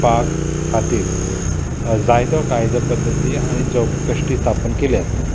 पाक खातीर जायतो कायदे पद्दती आनी चौकश्टी स्थापन केल्यात